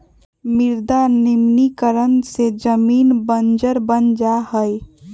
मृदा निम्नीकरण से जमीन बंजर बन जा हई